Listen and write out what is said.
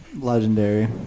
legendary